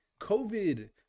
COVID